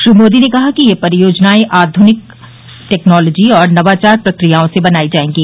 श्री मोदी ने कहा कि ये परियोजनाए आर्थ्निक प्रौद्योगिकीऔर नवाचार प्रक्रियाओं से बनाई जाएंगी